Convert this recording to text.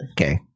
Okay